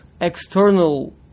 external